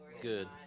Good